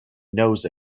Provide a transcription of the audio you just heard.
knows